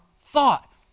thought